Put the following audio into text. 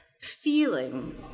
feeling